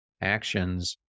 actions